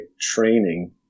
training